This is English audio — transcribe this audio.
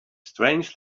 strange